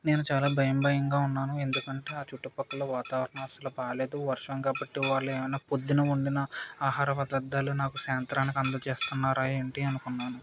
నేను చాలా భయం భయంగా ఉన్నాను ఎందుకంటే ఆ చుట్టుపక్కల వాతావరణ అసలు బాగలేదు వర్షం కాబట్టి వాళ్ళు ఏమన్నా పొద్దున వండిన ఆహార పదార్థాలు నాకు సాయంత్రానికి అందచేస్తున్నారా ఏంటి అనుకున్నాను